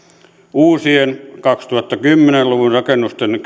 uusien kaksituhattakymmenen luvun rakennusten